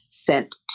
Sent